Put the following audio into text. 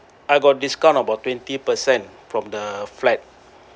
I got discount about twenty percent from the flat